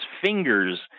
fingers